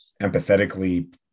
empathetically